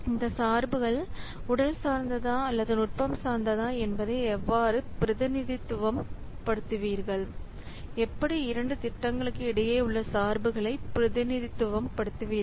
இந்த சார்புகள் உடல் சார்ந்ததா அல்லது நுட்பம் சார்ந்ததா என்பதை எவ்வாறு பிரதிநிதித்துவம் படுத்துவீர்கள் எப்படி இரண்டு திட்டங்களுக்கு இடையே உள்ள சார்புகளை பிரதிநிதித்துவம் படுத்துவீர்கள்